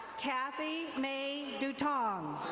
cathy mae dutong.